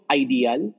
ideal